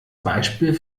beispiel